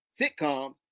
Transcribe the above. sitcom